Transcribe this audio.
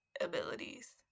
abilities